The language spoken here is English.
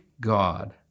God